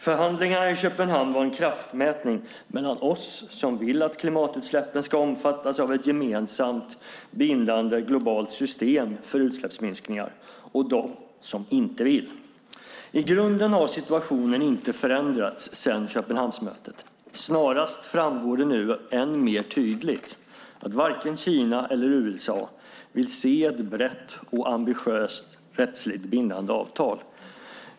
Förhandlingarna i Köpenhamn var en kraftmätning mellan oss som vill att klimatutsläppen ska omfattas av ett gemensamt, bindande, globalt system för utsläppsminskningar, och dem som inte vill. I grunden har situationen inte förändrats sedan Köpenhamnsmötet. Snarast framgår det nu än mer tydligt att varken Kina eller USA vill se ett brett och ambitiöst rättsligt bindande avtal.